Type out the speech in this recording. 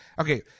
Okay